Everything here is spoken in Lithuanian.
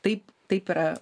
taip taip yra